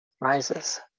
rises